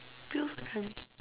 feels like